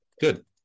Good